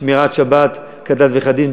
שמירת שבת כדת וכדין,